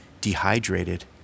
dehydrated